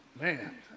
Man